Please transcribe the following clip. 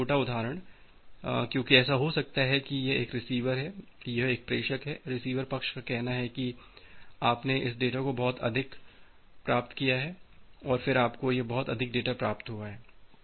क्योंकि छोटा उदाहरण क्योंकि ऐसा हो सकता है कि यह एक रिसीवर है यह एक प्रेषक है रिसीवर पक्ष का कहना है कि आपने इस डेटा को बहुत अधिक प्राप्त किया है और फिर आपको यह बहुत अधिक डेटा प्राप्त हुआ है